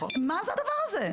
מה זה הדבר הזה?